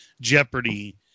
Jeopardy